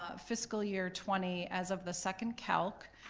ah fiscal year twenty, as of the second calc,